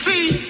See